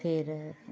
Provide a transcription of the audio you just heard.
फेर